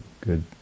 good